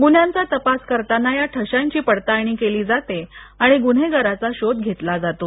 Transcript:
गुन्ह्यांचा तपास करताना या ठश्यांची पड़ताळणी केली जाते आणि गुन्हेगाराचा शोध घेतला जातो